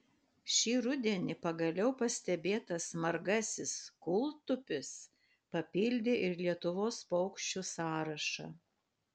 šį rudenį pagaliau pastebėtas margasis kūltupis papildė ir lietuvos paukščių sąrašą